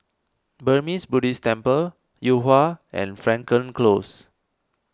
Burmese Buddhist Temple Yuhua and Frankel Close